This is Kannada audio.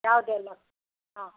ಯಾವ್ದು ಎಲ್ಲ ಹಾಂ